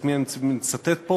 את מי אני מצטט פה,